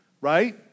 right